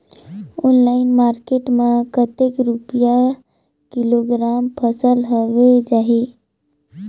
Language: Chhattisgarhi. ऑनलाइन मार्केट मां कतेक रुपिया किलोग्राम फसल हवे जाही?